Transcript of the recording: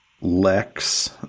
Lex